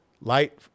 light